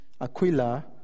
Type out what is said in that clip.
Aquila